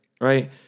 right